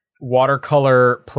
Watercolor